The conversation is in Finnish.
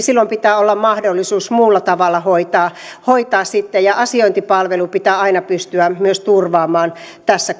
silloin pitää olla mahdollisuus muulla tavalla hoitaa hoitaa ja myös asiointipalvelu pitää aina pystyä turvaamaan tässä